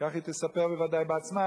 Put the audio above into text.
כך היא תספר בוודאי בעצמה,